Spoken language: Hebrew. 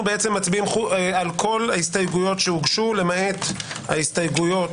מצביעים על כל ההסתייגויות שהוגשו למעט ההסתייגויות